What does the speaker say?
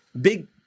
Big